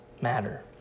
matter